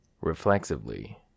reflexively